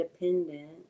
independent